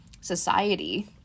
society